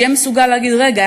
שיהיה מסוגל להגיד: רגע,